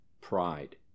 pride